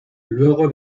luego